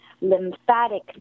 lymphatic